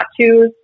tattoos